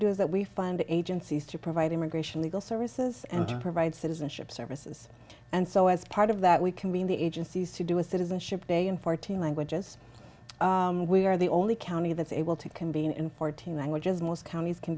is that we find agencies to provide immigration legal services and to provide citizenship services and so as part of that we can be in the agencies to do a citizenship bay in fourteen languages we are the only county that's able to convene in fourteen languages most counties can